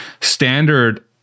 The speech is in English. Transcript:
standard